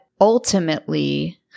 ultimately